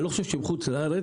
אני לא חושב שבחוץ לארץ,